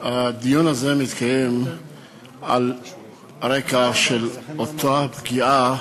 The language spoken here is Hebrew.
הדיון הזה מתקיים על רקע אותה פגיעה